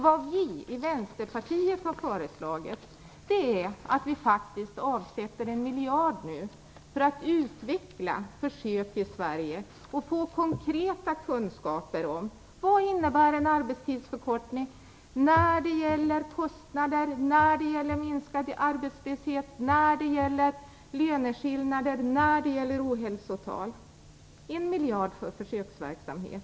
Vad vi i Vänsterpartiet har föreslagit är att 1 miljard nu skall avsättas för att utveckla försök i Sverige och få konkreta kunskaper om vad en arbetstidsförkortning innebär när det gäller kostnader, minskad arbetslöshet, löneskillnader och ohälsotal. Vi föreslår alltså 1 miljard för försöksverksamhet.